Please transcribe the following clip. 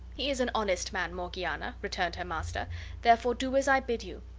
he is an honest man, morgiana, returned her master therefore do as i bid you.